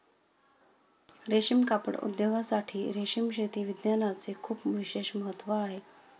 रेशीम कापड उद्योगासाठी रेशीम शेती विज्ञानाचे खूप विशेष महत्त्व आहे